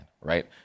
right